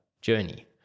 journey